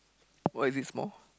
why is it small